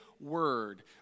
word